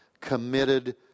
committed